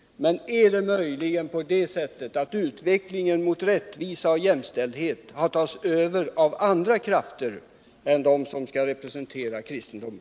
Men är det möjligen på det sättet att utvecklingen mot rättvisa och jämställdhet har tagits över av andra krafter än de som skall representera kristendomen?